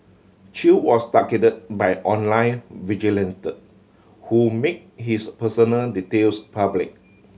Chew was targeted by online vigilantes who made his personal details public